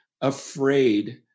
afraid